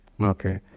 Okay